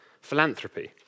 Philanthropy